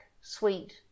sweet